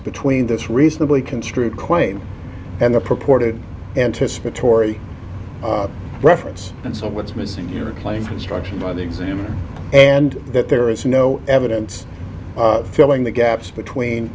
between this reasonably construed quain and the purported anticipatory reference and so what's missing here are claims construction on the exam and that there is no evidence filling the gaps between